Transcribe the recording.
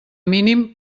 mínim